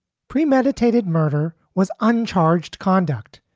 premeditated murder was uncharged conduct,